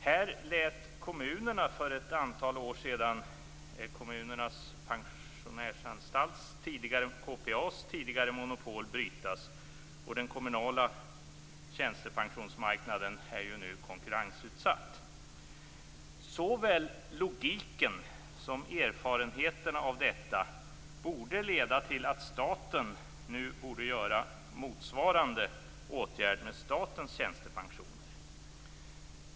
Här lät kommunerna för ett antal år sedan Kommunernas Den kommunala tjänstepensionsmarknaden är ju nu konkurrensutsatt. Såväl logiken som erfarenheterna av detta borde leda till att staten nu borde göra motsvarande åtgärd med statens tjänstepensioner.